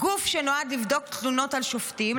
גוף שנועד לבדוק תלונות על שופטים,